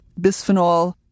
Bisphenol